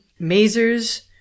Mazers